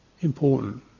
important